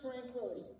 tranquility